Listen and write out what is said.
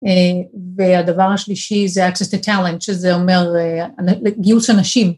והדבר השלישי זה access to talent שזה אומר גיוס אנשים.